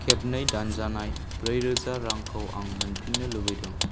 खेबनै दानजानाय ब्रैरोजा रांखौ आं मोनफिन्नो लुबैदों